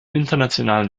internationalen